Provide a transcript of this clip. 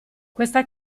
questa